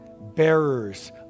bearers